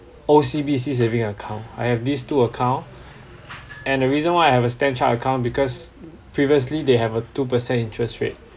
O_C_B_C saving account I have these two account and the reason why I have a StanChart account because previously they have a two percent interest rate